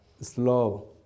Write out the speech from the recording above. slow